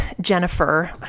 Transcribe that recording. Jennifer